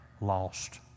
lost